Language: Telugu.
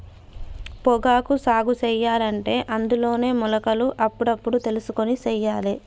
పొగాకు సాగు సెయ్యలంటే అందులోనే మొలకలు అప్పుడప్పుడు తెలుసుకొని సెయ్యాలే